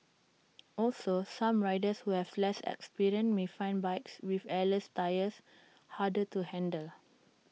also some riders who have less experience may find bikes with airless tyres harder to handle